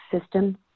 system